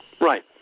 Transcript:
Right